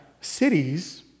cities